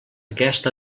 aquest